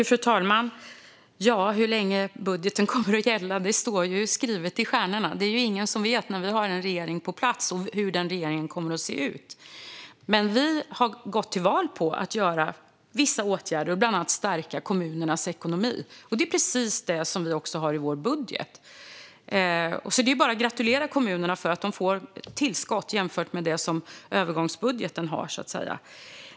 Fru talman! Hur länge budgeten kommer att gälla står skrivet i stjärnorna. Det är ingen som vet när vi har en regering på plats och hur denna regering kommer att se ut. Vi har gått till val på vissa åtgärder, bland annat att stärka kommunernas ekonomi, och det är precis vad vi har i vår budget. Det är bara att gratulera kommunerna till att de får tillskott jämfört med vad övergångsbudgeten ger.